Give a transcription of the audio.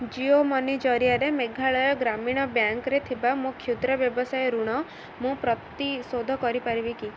Jio Money ଜରିଆରେ ମେଘାଳୟ ଗ୍ରାମୀଣ ବ୍ୟାଙ୍କରେ ଥିବା ମୋ କ୍ଷୁଦ୍ର ବ୍ୟବସାୟ ଋଣ ମୁଁ ପରିଶୋଧ କରିପାରିବି କି